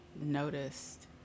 noticed